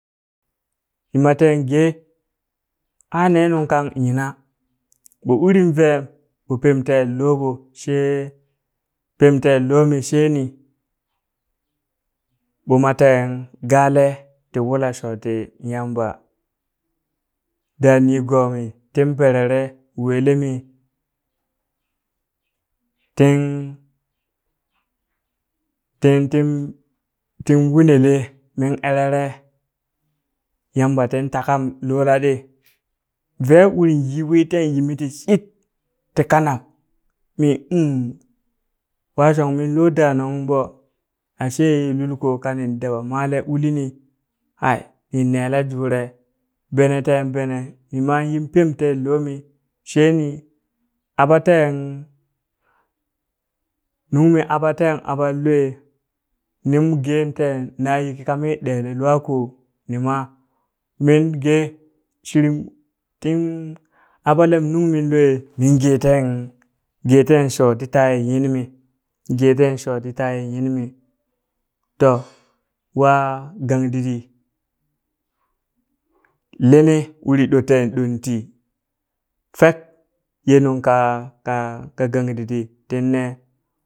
Ni Mateen gee aa nee nungkang nyiina ɓo urin vee ɓo pem teen loɓ she pem teen lomi sheeni ɓo Mateen gaalee ti wula shoo ti yamba. Daa nigomi tem berere weelemitin tin tin wunelee min erere Yamba tin takam lolaaɗi vee urin yi wii teen nyimi ti shit ti kanak mii hmm waa shong min lo danung ung ɓo, ashe ye lul ko ka nin daba maale ulini ai in neelejuure bene teen bene mima yin pemteen loomi sheeni aɓa teen nungmi aɓa teen aɓan lwee nin gem teen naa yiki kami ɗele lwakoo mima minge shirim tin aɓalem nungmin lwee min gee ten gee ten sho ti taye nyinmi ge ten sho ti taye nyinmi to, waa gandidi lini uri ɗo teen ɗon tii fek ye nungka ka ka gangdiɗi tin nee